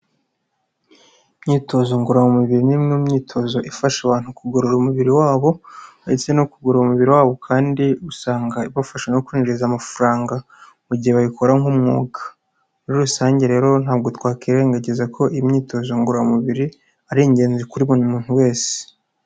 Imyitozo ngororamubiri ni imwe mu myitozo ifasha abantu kugorora umubiri wabo, uretse no kugorora umubiri wabo kandi, usanga ibafasha no kwinjiza amafaranga mu gihe bayikora nk'umwuga. Muri rusange rero ntabwo twakwirengagiza ko imyitozo ngororamubiri ari ingenzi kuri buri muntu wese.